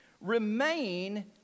Remain